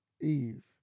Eve